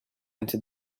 into